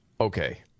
Okay